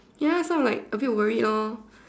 ya so I am like a bit worry loh